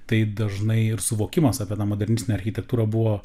tai dažnai ir suvokimas apie tą modernistinę architektūrą buvo